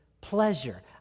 pleasure